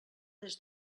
des